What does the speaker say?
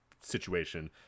situation